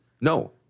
No